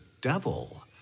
devil